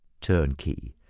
turnkey